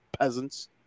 peasants